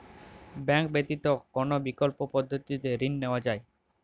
Bank ব্যতিত কোন বিকল্প পদ্ধতিতে ঋণ নেওয়া যায়?